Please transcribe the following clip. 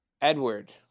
Edward